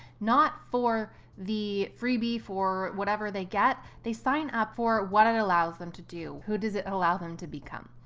not for the freebie, for whatever they get they sign up for what and it allows them to do, who does it allow them to become.